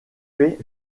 fait